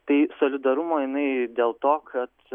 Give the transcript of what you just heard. tai solidarumo jinai dėl to kad